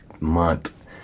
Month